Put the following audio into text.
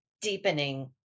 deepening